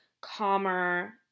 calmer